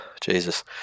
Jesus